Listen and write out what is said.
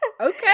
Okay